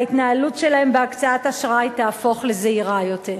וההתנהלות שלהם בהקצאת אשראי תהפוך לזהירה יותר.